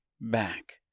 back